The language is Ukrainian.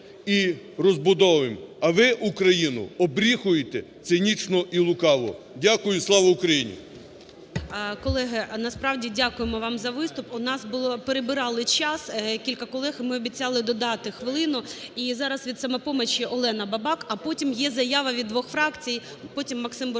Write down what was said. і розбудовуємо, а ви Україну оббріхуєте, цинічно і лукаво. Дякую. Слава Україні!